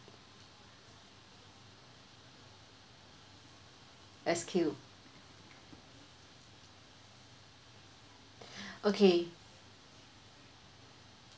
S_Q okay